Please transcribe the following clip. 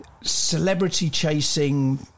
celebrity-chasing